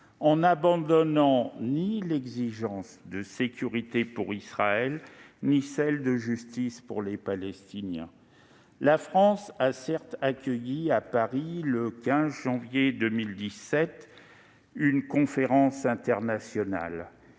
en n'abandonnant ni l'exigence de sécurité pour Israël ni celle de justice pour les Palestiniens. La France a, certes, accueilli une conférence internationale